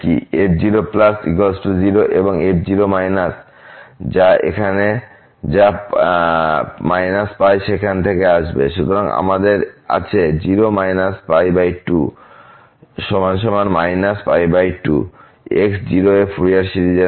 f0 0 এবং f যা π সেখান থেকে আসবে তাই আমাদের আছে 0 π2 2 x 0 এ ফুরিয়ার সিরিজের মান